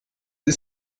ist